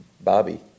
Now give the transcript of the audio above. Bobby